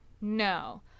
No